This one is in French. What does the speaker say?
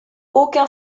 aucun